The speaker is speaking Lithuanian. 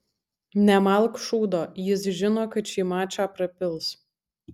nemalk šūdo jis žino kad šį mačą prapils